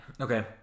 Okay